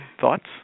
thoughts